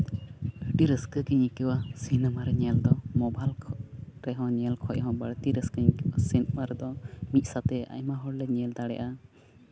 ᱟᱹᱰᱤ ᱨᱟᱹᱥᱠᱟᱹ ᱜᱮᱧ ᱟᱹᱭᱠᱟᱹᱣᱟ ᱥᱤᱱᱮᱢᱟ ᱨᱮ ᱧᱮᱞ ᱫᱚ ᱢᱳᱵᱟᱭᱤᱞ ᱠᱷᱚᱡ ᱨᱮᱦᱚᱸ ᱧᱮᱞ ᱠᱷᱚᱡ ᱦᱚᱸ ᱵᱟᱹᱲᱛᱤ ᱮᱟᱹᱥᱠᱟᱹᱧ ᱟᱹᱭᱠᱟᱹᱣᱟ ᱥᱤᱱᱮᱢᱟ ᱨᱮᱫᱚ ᱢᱤᱫ ᱥᱚᱝᱛᱮ ᱟᱭᱢᱟ ᱦᱚᱲᱠᱮ ᱧᱮᱞ ᱫᱟᱲᱮᱜᱼᱟ